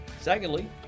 Secondly